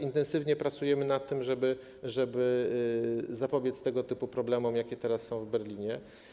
Intensywnie pracujemy nad tym, żeby zapobiec tego typu problemom, jakie teraz są w Berlinie.